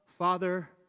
Father